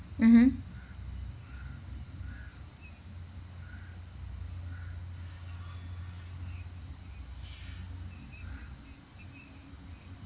mmhmm